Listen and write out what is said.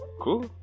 Cool